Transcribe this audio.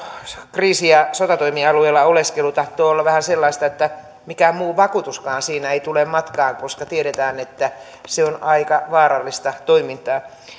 kriisi ja sotatoimialueella oleskelu tahtoo olla vähän sellaista että mikään vakuutuskaan siinä ei tule matkaan koska tiedetään että se on aika vaarallista toimintaa